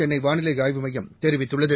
சென்னை வானிலை ஆய்வு மையம் தெரிவித்துள்ளது